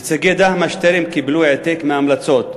נציגי דהמש טרם קיבלו העתק מההמלצות.